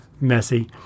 messy